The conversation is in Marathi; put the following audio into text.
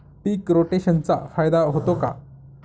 पीक रोटेशनचा फायदा होतो का?